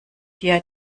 dir